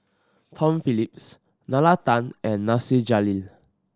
Tom Phillips Nalla Tan and Nasir Jalil